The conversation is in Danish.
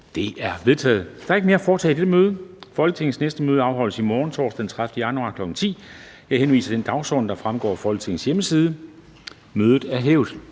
Dam Kristensen): Der er ikke mere at foretage i dette møde. Folketingets næste møde afholdes i morgen, torsdag den 30. januar 2020, kl. 10.00. Jeg henviser til den dagsorden, der fremgår af Folketingets hjemmeside. Mødet er hævet.